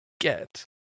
get